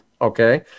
okay